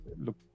look